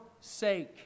sake